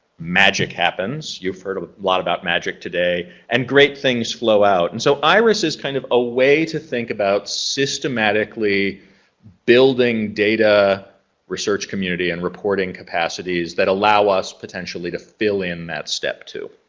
magic happens you've heard a lot about magic today and great things flow out. and so iris is kind of a way to think about systematically building data research community and reporting capacities that allow us potentially to fill in that step two.